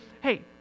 hey